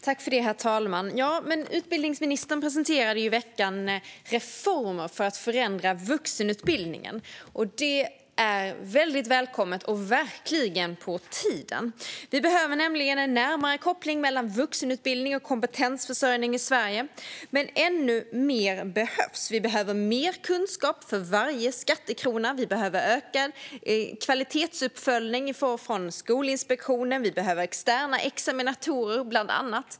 Herr talman! Utbildningsministern presenterade i veckan reformer för att förändra vuxenutbildningen. Det är väldigt välkommet och verkligen på tiden. Vi behöver nämligen en närmare koppling mellan vuxenutbildning och kompetensförsörjning i Sverige, men ännu mer behövs. Vi behöver mer kunskap för varje skattekrona. Vi behöver ökad kvalitetsuppföljning från Skolinspektionen. Vi behöver externa examinatorer, bland annat.